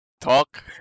talk